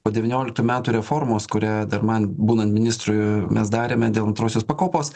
po devynioliktų metų reformos kurią dar man būnant ministru mes darėme dėl antrosios pakopos